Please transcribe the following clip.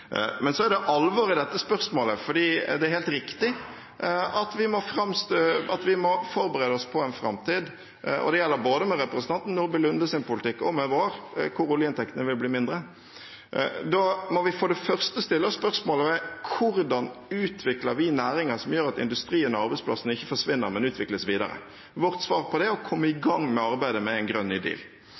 Men så til alvoret i dette spørsmålet, for det er helt riktig at vi må forberede oss på en framtid – og det gjelder både med representanten Nordby Lundes politikk og med vår – hvor oljeinntektene vil bli mindre. Da må vi for det første stille oss spørsmålet: Hvordan utvikler vi næringer som gjør at industrien og arbeidsplassene ikke forsvinner, men utvikles videre? Vårt svar på det er å komme i gang med arbeidet med en grønn